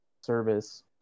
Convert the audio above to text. service